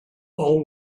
all